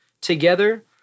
together